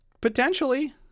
Potentially